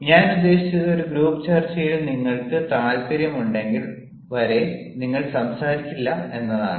ഞാൻ ഉദ്ദേശിച്ചത് ഒരു ഗ്രൂപ്പ് ചർച്ചയിൽ നിങ്ങൾക്ക് താൽപ്പര്യമുണ്ടെങ്കിൽ വരെ നിങ്ങൾ സംസാരിക്കില്ല എന്നതാണ്